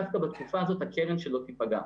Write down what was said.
דווקא בתקופה הזאת הקרן שלו תיפגע.